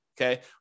okay